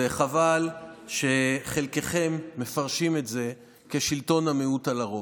וחבל שחלקכם מפרשים את זה כשלטון המיעוט על הרוב.